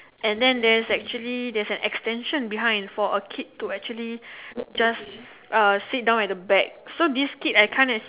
and then there's actually there's an extension behind for a kid to actually just uh sit down at the back so this kid I kind of